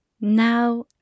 Now